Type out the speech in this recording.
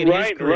Right